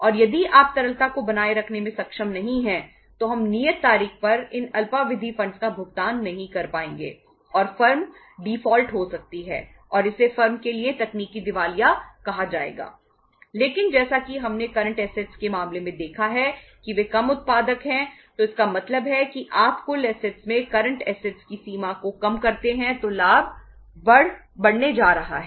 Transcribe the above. और यदि आप तरलता को बनाए रखने में सक्षम नहीं हैं तो हम नियत तारीख पर इन अल्पावधि फंडस की सीमा को कम करते हैं तो लाभ बढ़ाने जा रहा है